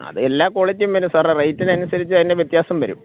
അതെല്ലാം ക്വാളിറ്റിയും വരും സാറെ റേറ്റിനനുസരിച്ചതിന് വ്യത്യാസം വരും